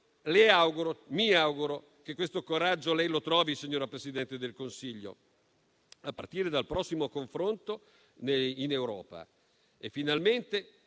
mi auguro che questo coraggio lei lo trovi, signora Presidente del Consiglio, a partire dal prossimo confronto in Europa.